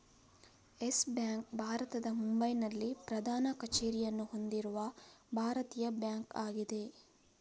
Yes bank ಭಾರತದ ಮುಂಬೈನಲ್ಲಿ ಪ್ರಧಾನ ಕಚೇರಿಯನ್ನು ಹೊಂದಿರುವ ಭಾರತೀಯ ಬ್ಯಾಂಕ್ ಆಗಿದೆ